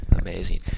Amazing